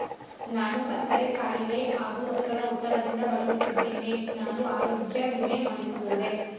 ನಾನು ಸಕ್ಕರೆ ಖಾಯಿಲೆ ಹಾಗೂ ರಕ್ತದ ಒತ್ತಡದಿಂದ ಬಳಲುತ್ತಿದ್ದೇನೆ ನಾನು ಆರೋಗ್ಯ ವಿಮೆ ಮಾಡಿಸಬಹುದೇ?